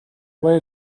were